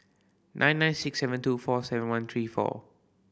nine nine six seven two four seven one three four